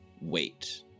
Wait